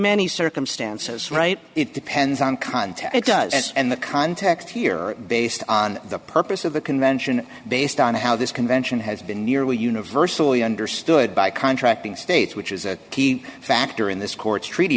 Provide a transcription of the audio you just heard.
many circumstances right it depends on context it does and the context here based on the purpose of the convention based on how this convention has been nearly universally understood by contracting states which is a key factor in this court's treaty